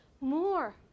more